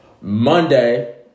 Monday